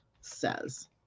says